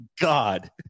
god